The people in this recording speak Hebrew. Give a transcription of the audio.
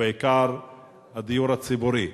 ובעיקר הדיור הציבורי.